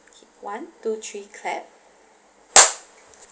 okay one two three clap